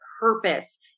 purpose